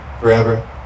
Forever